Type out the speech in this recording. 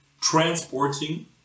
transporting